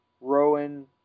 Rowan